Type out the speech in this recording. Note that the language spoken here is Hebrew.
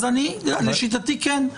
לשיטתי כן.